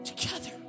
Together